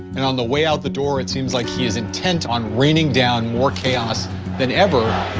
and on the way out the door, it seems like he's intent on reigning down more chaos than ever.